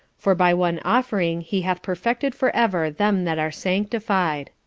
for by one offering he hath perfected for ever them that are sanctified.